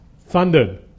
thundered